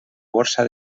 borsa